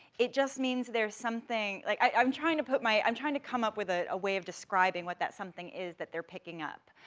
it just means there's something, like, i'm trying to put my, i'm trying to come up with a way of describing what that something is that they're picking up,